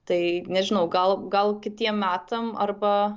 tai nežinau gal gal kitiem metam arba